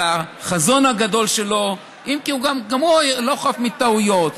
על החזון הגדול שלו, אם כי גם הוא לא חף מטעויות.